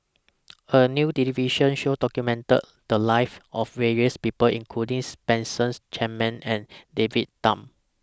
A New television Show documented The Lives of various People includings Spencer Chapman and David Tham